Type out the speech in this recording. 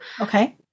Okay